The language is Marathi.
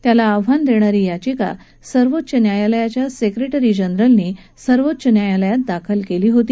त्याला आव्हान देणारी याचिका सर्वोच्च न्यायालयाच्या सेक्रेटरी जनरलनी सर्वोच्च न्यायालयात दाखल केली होती